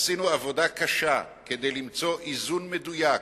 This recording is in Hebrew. עשינו עבודה קשה כדי למצוא איזון מדויק